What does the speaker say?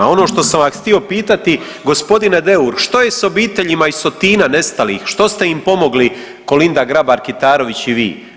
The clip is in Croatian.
Ono što sam vas htio pitati, gospodine Deur što je s obiteljima iz Sotina nestalih, što ste im pomogli Kolinda Grabar Kitarović i vi?